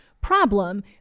problem